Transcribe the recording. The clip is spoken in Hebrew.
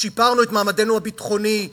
שיפרנו את מעמדנו הביטחוני?